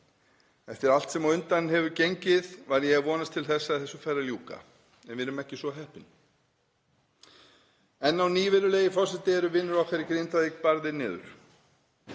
Eftir allt sem á undan hefur gengið var ég að vonast til þess að þessu færi að ljúka en við erum ekki svo heppin. Enn á ný, virðulegi forseti, eru vinir okkar í Grindavík barðir niður.